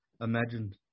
imagined